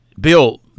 Bill